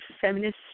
Feminist